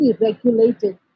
regulated